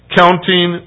counting